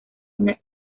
una